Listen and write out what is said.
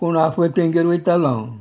कोण आफय तेंगेर वयतालो हांव